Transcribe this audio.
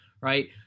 right